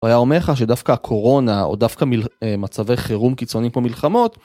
הוא היה אומר לך שדווקא הקורונה, או דווקא מלח... אה... מצבי חירום קיצוני כמו מלחמות ...